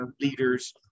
leaders